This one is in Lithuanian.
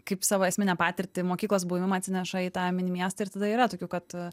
kaip savo esminę patirtį mokyklos buvimą atsineša į tą mini miestą ir tada yra tokių kad